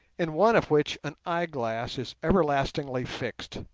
in one of which an eyeglass is everlastingly fixed.